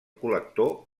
col·lector